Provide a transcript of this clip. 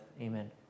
amen